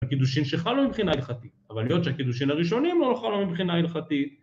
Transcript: הקידושין שחלו מבחינה הלכתית, אבל היות שהקידושין הראשונים לא חלו מבחינה הלכתית